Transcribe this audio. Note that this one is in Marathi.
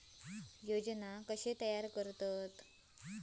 योजना कशे तयार करतात?